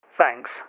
Thanks